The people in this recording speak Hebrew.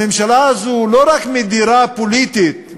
הממשלה הזאת לא רק מדירה פוליטית,